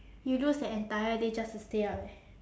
you lose the entire day just to stay up leh